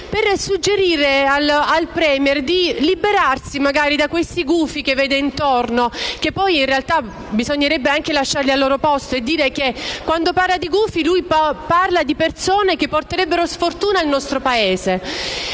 per suggerire al*Premier* di liberarsi magari di questi gufi che vede intorno - che poi invece bisognerebbe lasciare al loro posto - e dirgli che quando parla di gufi parla di persone che porterebbero sfortuna al nostro Paese